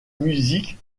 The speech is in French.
musique